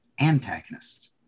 antagonist